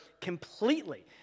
completely